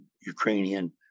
ukrainian